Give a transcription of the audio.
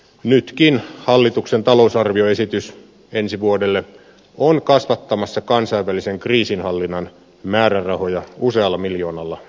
nytkin hallituksen talousarvioesitys ensi vuodelle on kasvattamassa kansainvälisen kriisinhallinnan määrärahoja usealla miljoonalla eurolla